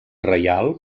reial